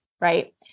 right